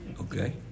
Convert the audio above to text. Okay